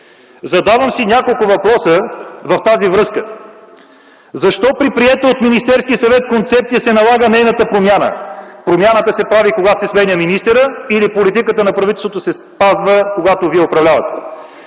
Задавам си няколко въпроса в тази връзка. Защо при приета от Министерския съвет концепция се налага нейната промяна? Промяната се прави, когато се сменя министърът, или политиката на правителството се спазва, когато вие управлявате.